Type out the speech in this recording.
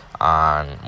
on